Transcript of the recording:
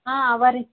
ಹಾಂ ಅವೆ ರೀ